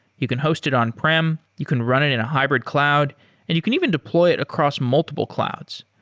you can host it on-prem, you can run it in a hybrid cloud and you can even deploy it across multiple clouds.